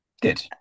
good